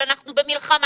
אבל אנחנו במלחמה.